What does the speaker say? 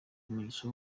umugisha